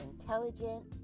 intelligent